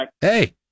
Hey